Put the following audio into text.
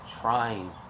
trying